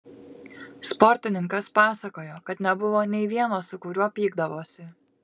sportininkas pasakojo kad nebuvo nei vieno su kuriuo pykdavosi